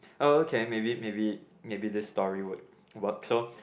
okay maybe maybe maybe this story would work so